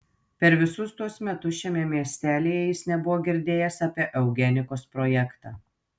per visus tuos metus šiame miestelyje jis nebuvo girdėjęs apie eugenikos projektą